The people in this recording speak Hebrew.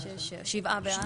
שבעה בעד.